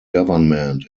government